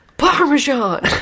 parmesan